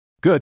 Good